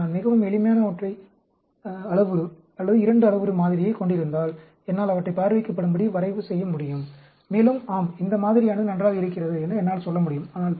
ஆனால் நான் மிகவும் எளிமையான ஒற்றை அளவுரு அல்லது 2 அளவுரு மாதிரியைக் கொண்டிருந்தால் என்னால் அவற்றை பார்வைக்குப்படும்படி வரைவு செய்ய முடியும் மேலும் ஆம் இந்த மாதிரியானது நன்றாக இருக்கிறது என என்னால் சொல்ல முடியும்